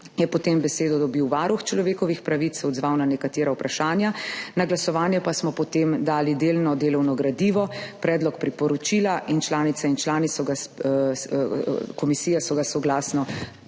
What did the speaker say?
je besedo dobil varuh človekovih pravic, se odzval na nekatera vprašanja. Na glasovanje smo potem dali delno delovno gradivo, Predlog priporočila, članice in člani komisije so ga soglasno